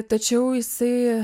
tačiau jisai